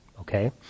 Okay